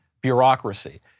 bureaucracy